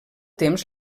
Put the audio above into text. temps